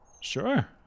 Sure